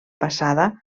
passada